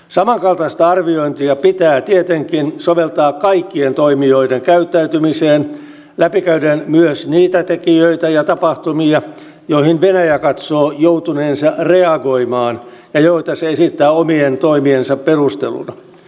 samankaltaista arviointia pitää tietenkin soveltaa kaikkien toimijoiden käyttäytymiseen läpikäyden myös niitä tekijöitä ja tapahtumia joihin venäjä katsoo joutuneensa reagoimaan ja joita se esittää omien toimiensa perusteluna